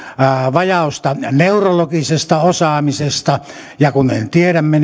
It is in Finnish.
vajausta neurologisesta osaamisesta ja kun me tiedämme